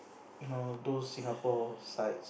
you know those Singapore sites